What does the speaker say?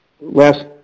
Last